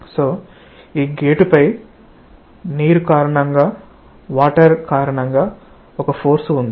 కాబట్టి ఈ గేటుపై నీరు కారణంగా ఒక ఫోర్స్ ఉంది